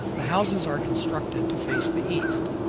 the houses are constructed to face the east.